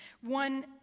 One